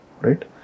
right